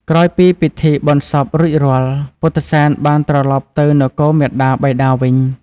ក្រោយពីពិធីបុណ្យសពរួចរាល់ ពុទ្ធិសែនបានត្រឡប់ទៅនគរមាតាបិតាវិញ។